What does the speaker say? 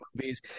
movies